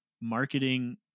marketing